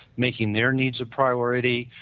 making their needs or priority,